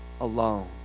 alone